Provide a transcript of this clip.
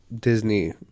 Disney